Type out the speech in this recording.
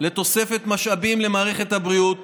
לתוספת משאבים למערכת הבריאות